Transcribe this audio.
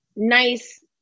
nice